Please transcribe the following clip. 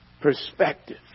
perspective